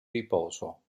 riposo